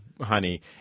honey